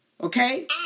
Okay